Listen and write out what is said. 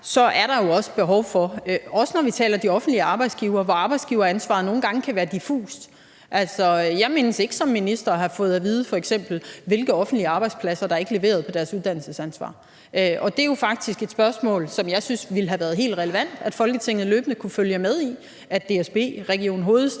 at vi kan følge med, også når vi taler om de offentlige arbejdsgivere, hvor arbejdsgiveransvaret nogle gange kan være diffust. Altså, jeg mindes ikke som minister at have fået at vide, f.eks. hvilke offentlige arbejdspladser der ikke leverede på deres uddannelsesansvar, og det er jo faktisk noget, som jeg synes det ville have været helt relevant at Folketinget løbende kunne følge med i. DSB og Region Hovedstaden